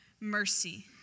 mercy